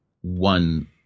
one